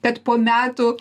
kad po metų